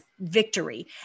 victory